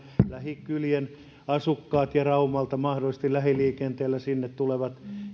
lähikylien asukkaat ja raumalta mahdollisesti lähiliikenteellä sinne tulevat